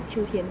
秋天